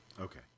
Okay